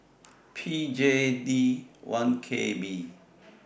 P J D one K B